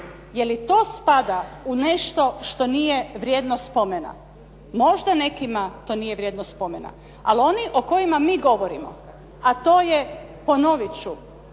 Jeli to spada u nešto što nije vrijedno spomena? Možda nekima to nije vrijedno spomena. Ali oni o kojima mi govorimo, a to je ponovit ću,